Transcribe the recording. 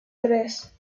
tres